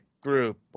group